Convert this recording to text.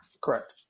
Correct